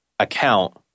account